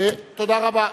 תודה רבה.